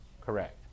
Correct